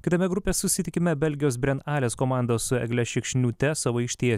kitame grupės susitikime belgijos brenales komandos su egle šikšniūte savo aikštėje